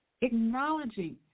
acknowledging